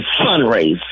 fundraise